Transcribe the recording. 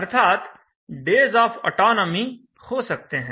अर्थात days of autonomy हो सकते हैं